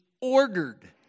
ordered